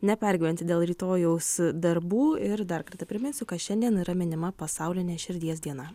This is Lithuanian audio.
nepergyventi dėl rytojaus darbų ir dar kartą priminsiu kas šiandien yra minima pasaulinė širdies diena